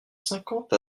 cinquante